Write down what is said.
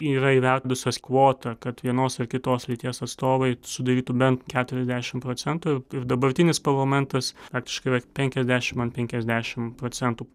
yra įvedusios kvotą kad vienos ar kitos lyties atstovai sudarytų bent keturiasdešimt procentų ir dabartinis parlamentas faktiškai yra penkiasdešimt ant penkiasdešimt procentų